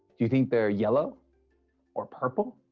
do you think they're yellow or purple?